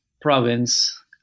province